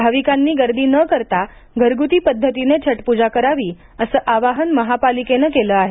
भाविकांनी गर्दी न करता घरगुती पद्धतीने छटपूजा करावी असं आवाहन महापालिकेनं केलं आहे